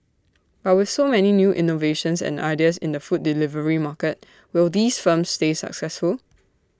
but with so many new innovations and ideas in the food delivery market will these firms stay successful